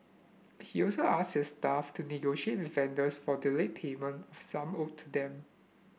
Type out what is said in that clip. he also asked his staff to with vendors for delayed payment of sum owed to them